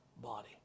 body